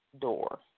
door